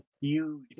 huge